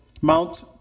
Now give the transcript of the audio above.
Mount